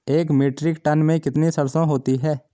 एक metric ton में कितनी सरसों होती है?